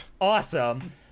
Awesome